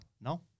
No